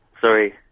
Sorry